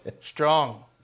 strong